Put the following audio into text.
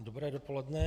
Dobré dopoledne.